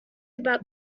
about